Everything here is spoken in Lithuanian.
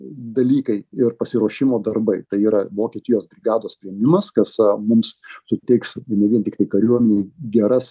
dalykai ir pasiruošimo darbai tai yra vokietijos brigados priėmimas kas mums suteiks ne vien tiktai kariuomenei geras